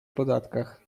podatkach